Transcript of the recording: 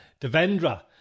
Devendra